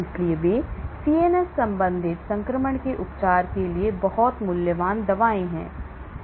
इसलिए वे CNS संबंधित संक्रमण के उपचार के लिए बहुत मूल्यवान दवाएं हैं